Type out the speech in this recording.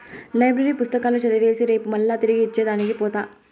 library పుస్తకాలు చదివేసి రేపు మల్లా తిరిగి ఇచ్చే దానికి పోత